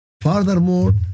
furthermore